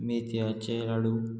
मेथयाचे लाडू